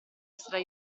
essere